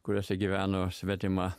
kuriose gyveno svetima